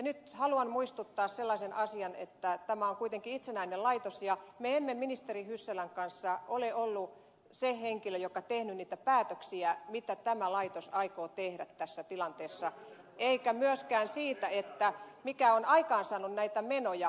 nyt haluan muistuttaa sellaisen asian että tämä on kuitenkin itsenäinen laitos ja me emme ministeri hyssälän kanssa ole olleet niitä henkilöitä jotka ovat tehneet niitä päätöksiä mitä tämä laitos aikoo tehdä tässä tilanteessa emmekä myöskään siitä mikä on aikaansaanut näitä menoja